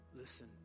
Listen